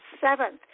seventh